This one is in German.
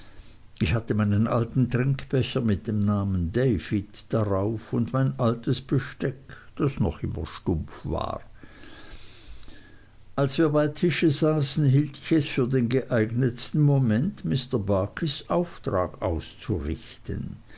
ich hatte meinen alten trinkbecher mit dem namen david drauf und mein altes besteck das noch immer stumpf war als wir bei tische saßen hielt ich es für den geeignetsten moment mr barkis auftrag auszurichten